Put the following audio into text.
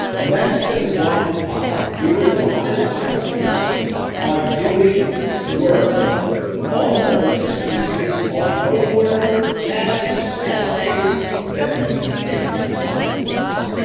less than one in five, fewer than one in five students are doing work on those pieces of homework, tests, essays that meet state level standards.